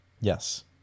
Yes